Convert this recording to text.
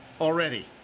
already